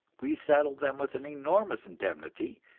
we saddled them with an enormous indemnity,